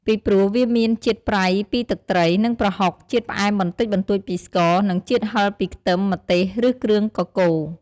ពីព្រោះវាមានជាតិប្រៃពីទឹកត្រី និងប្រហុក ជាតិផ្អែមបន្តិចបន្តួចពីស្ករ និងជាតិហឹរពីខ្ទឹម ម្ទេស ឬគ្រឿងកកូរ។